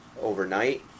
overnight